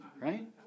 right